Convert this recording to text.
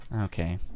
Okay